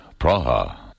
Praha